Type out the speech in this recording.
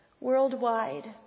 worldwide